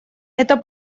это